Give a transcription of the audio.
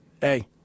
hey